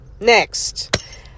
Next